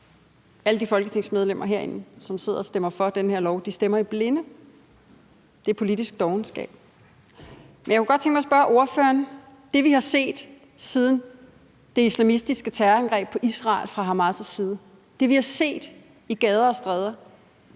alle de folketingsmedlemmer herinde, som sidder og stemmer for det her lovforslag, stemmer i blinde. Det er politisk dovenskab. Jeg kunne godt tænke mig at spørge ordføreren til det, vi har set, siden det islamistiske terrorangreb på Israel fra Hamas' side, det, vi har set i gader og stræder